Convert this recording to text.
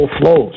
flows